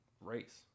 race